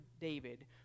David